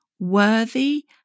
worthy